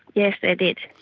yes, they did.